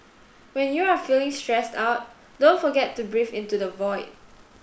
when you are feeling stressed out don't forget to breathe into the void